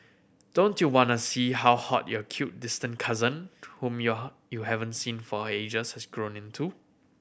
don't you wanna see how hot your cute distant cousin whom you you haven't seen for ages has grown into